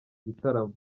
gitaramo